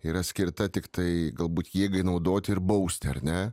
yra skirta tiktai galbūt jėgai naudoti ir bausti ar ne